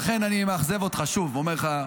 לכן אני מאכזב אותך ואומר לך,